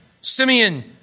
Simeon